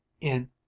In